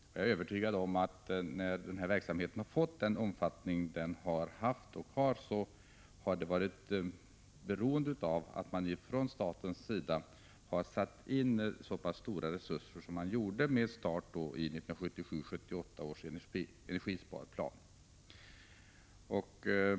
Jag är övertygad om att det faktum att den här verksamheten har fått den omfattning som den har haft och har, har berott på att man från statens sida satt in så stora resurser som man gjorde med start i 1977/78 års energisparplan.